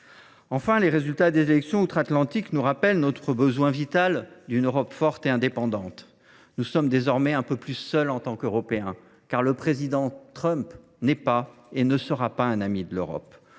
Enfin, les résultats des élections outre Atlantique nous rappellent notre besoin vital d’une Europe forte et indépendante. Nous sommes désormais un peu plus seuls en tant qu’Européens, car le président Trump n’est pas, et ne sera pas, un ami de l’Europe.